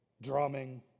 drumming